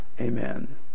Amen